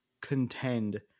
contend